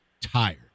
tired